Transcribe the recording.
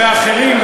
ואחרים,